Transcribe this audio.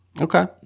Okay